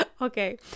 Okay